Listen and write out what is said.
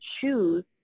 choose